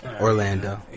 Orlando